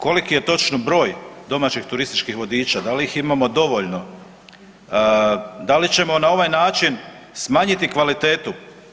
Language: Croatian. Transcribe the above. Koliki je točno broj domaćih turističkih vodiča, da li ih imamo dovoljno, da li ćemo na ovaj način smanjiti kvalitetu?